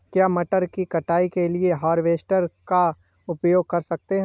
क्या मटर की कटाई के लिए हार्वेस्टर का उपयोग कर सकते हैं?